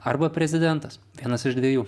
arba prezidentas vienas iš dviejų